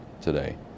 today